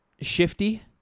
Shifty